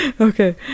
okay